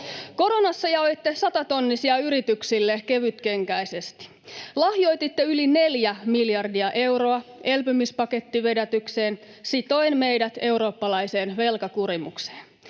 Koronassa jaoitte satatonnisia yrityksille kevytkenkäisesti. Lahjoititte yli 4 miljardia euroa elpymispakettivedätykseen sitoen meidät eurooppalaiseen velkakurimukseen.